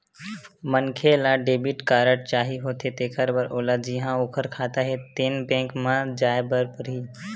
मनखे ल debit card चाही होथे तेखर बर ओला जिहां ओखर खाता हे तेन बेंक म जाए बर परही